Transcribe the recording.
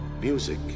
Music